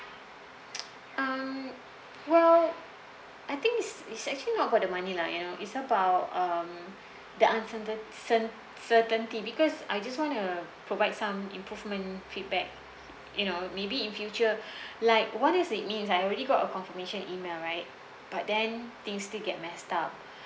um well I think it's it's actually not about the money lah you know it's about um the uncertain cer~ certainty because I just want to provide some improvement feedback you know maybe in future like what did it means I already got a confirmation email right but then things still get messed up